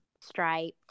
stripe